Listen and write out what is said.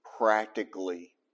practically